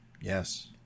Yes